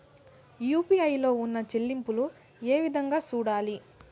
UPI లో ఉన్న చెల్లింపులు ఏ విధంగా సూడాలి